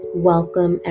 Welcome